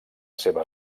seva